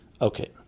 Okay